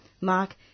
Mark